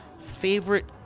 favorite